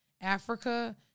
Africa